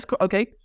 Okay